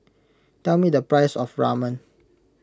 tell me the price of Ramen